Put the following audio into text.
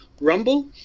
Rumble